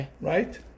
Right